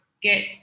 get